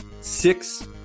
six